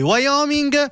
Wyoming